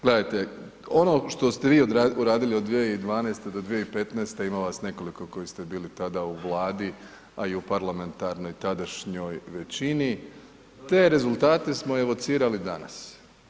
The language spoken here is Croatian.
Gledajte ono što ste vi uradili od 2012. do 2015. ima vas nekoliko koji ste bili tada u Vladi a i u parlamentarnoj tadašnjoj većini, te rezultate smo evocirali danas.